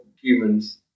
humans